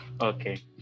Okay